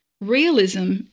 Realism